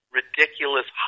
ridiculous